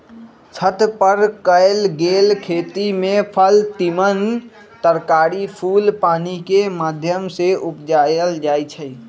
छत पर कएल गेल खेती में फल तिमण तरकारी फूल पानिकेँ माध्यम से उपजायल जाइ छइ